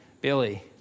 Billy